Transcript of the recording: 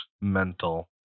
mental